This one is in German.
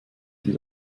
die